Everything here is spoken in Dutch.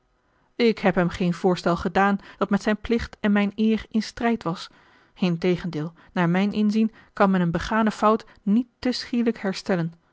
ik heb hem geen voorstel gedaan dat met zijn plicht en mijne eer in strijd was integendeel naar mijn inzien kan men eene begane fout niet te schielijk herstellen